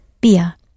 beer